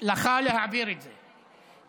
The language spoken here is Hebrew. לך להעביר את זה,